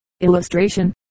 Illustration